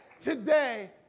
Today